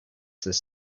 this